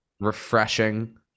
refreshing